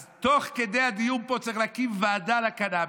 אז תוך כדי הדיון פה צריך להקים ועדה לקנביס,